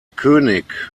könig